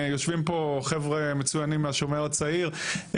יושבים פה חבר'ה מצוינים מהשומר הצעיר,